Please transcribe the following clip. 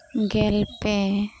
ᱜᱮᱞ ᱯᱮ